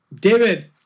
David